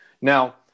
Now